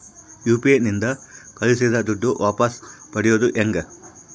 UPI ನಿಂದ ಕಳುಹಿಸಿದ ದುಡ್ಡು ವಾಪಸ್ ಪಡೆಯೋದು ಹೆಂಗ?